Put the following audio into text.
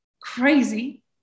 crazy